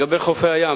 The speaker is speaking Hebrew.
לגבי חופי הים,